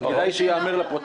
כדאי שייאמר לפרוטוקול.